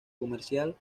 comercial